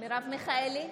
מרב מיכאלי,